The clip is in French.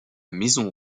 maison